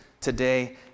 today